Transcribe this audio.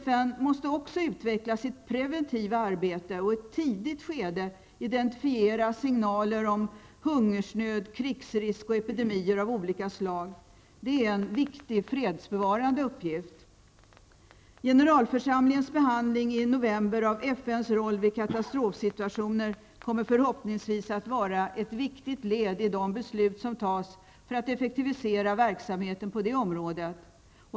FN måste utveckla sitt preventiva arbete och i tidigt skede identifiera signaler om hungersnöd, krigsrisk och epidemier av olika slag. Det är en viktig fredsbevarande uppgift. FNs roll vid katastrofsituationer kommer förhoppningsvis att vara ett viktigt led i de beslut som tas för att effektivisera verksamheten på det området.